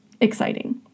exciting